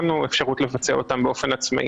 אין לנו אפשרות לבצע אותן באופן עצמאי.